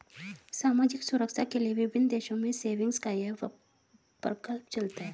सामाजिक सुरक्षा के लिए विभिन्न देशों में सेविंग्स का यह प्रकल्प चलता है